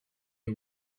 les